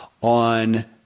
on